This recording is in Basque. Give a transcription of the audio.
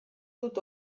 dut